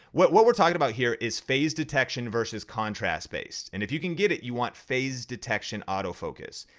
what what we're talking about here is phase detection versus contrast based. and if you can get it, you want phase detection autofocus.